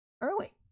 early